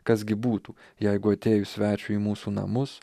kas gi būtų jeigu atėjus svečiui į mūsų namus